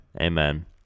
amen